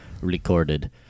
recorded